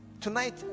tonight